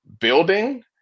building